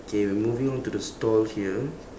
okay we moving on to the stall here